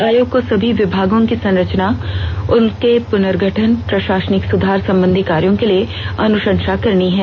आयोग को सभी विभागों की संरचना उसके पुनर्गठन और प्रषासनिक सुधार संबंधी कार्यों के लिए अनुषंसा करनी है